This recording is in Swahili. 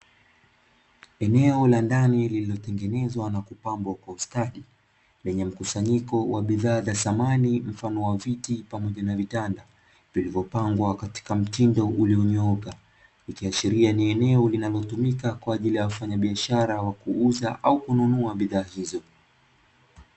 Eneo la ndani lililotengenezwa na kupambwa kwa ustadi, penye mkusanyiko wa bidhaa za samani, mfano wa viti pamoja na vitanda, vilivyopangwa katika mtindo ulionyooka. Ikiashiria ni eneo linalotumika kwa ajili ya wafanyabiashara wa kuuza au kununua bidhaa hizo.